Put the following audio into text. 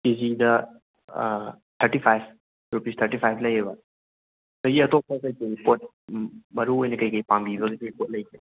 ꯀꯦꯖꯤꯗ ꯊꯥꯔꯇꯤꯐꯥꯏꯚ ꯔꯨꯄꯤꯁ ꯊꯥꯔꯇꯤꯐꯥꯏꯚ ꯂꯩꯌꯦꯕ ꯑꯗꯒꯤ ꯑꯇꯣꯞꯄ ꯀꯩꯀꯩ ꯄꯣꯠ ꯃꯔꯨ ꯑꯣꯏꯅ ꯀꯩꯀꯩ ꯄꯥꯝꯕꯤꯕ ꯀꯔꯤ ꯄꯣꯠ ꯂꯩꯒꯦ